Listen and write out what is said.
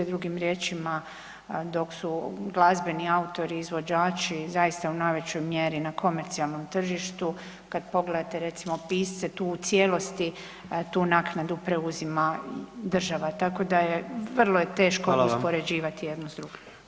Drugim riječima, dok su glazbeni autori i izvođači zaista u najvećoj mjeri na komercionalnom tržištu, kad pogledate recimo pisce tu u cijelosti tu naknadu preuzima država, tako da je, vrlo je teško uspoređivati jedno s drugim.